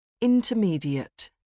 Intermediate